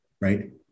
right